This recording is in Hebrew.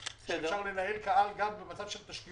גם כשיש הפגנה ברחוב או גם כשיש אירוע,